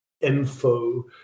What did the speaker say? info